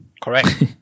Correct